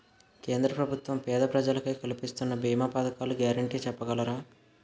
కేంద్ర ప్రభుత్వం పేద ప్రజలకై కలిపిస్తున్న భీమా పథకాల గ్యారంటీ చెప్పగలరా?